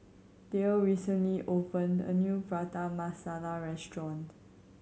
Dale recently opened a new Prata Masala restaurant